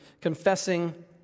confessing